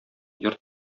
йорт